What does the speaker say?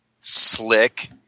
slick